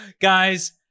Guys